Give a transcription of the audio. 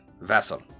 vessel